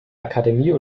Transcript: akademie